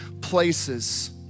places